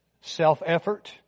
self-effort